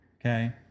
okay